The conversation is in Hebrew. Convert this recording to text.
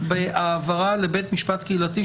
בהעברה לבית משפט קהילתי,